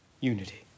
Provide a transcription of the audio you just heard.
Unity